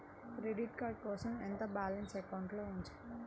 Credit card కోసం ఎంత balance అకౌంట్లో ఉంచాలి?